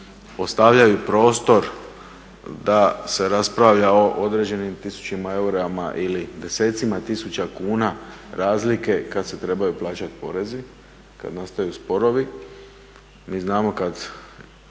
ostavljaju prostor da se raspravlja o određenim tisućama eura ili desecima tisuća kuna razlike kad se trebaju plaćati porezi i kad nastaju sporovi. Mi znamo kad